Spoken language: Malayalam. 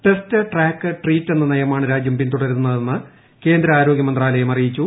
ടെസ്റ്റ് ട്രാക്ക് ട്രീറ്റ് എന്ന നയമാണ് രാജ്യം പിന്തുടരുന്നതെന്ന് കേന്ദ്ര ആരോഗ്യ മന്ത്രാലയം അറിയിച്ചു